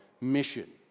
mission